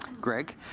Greg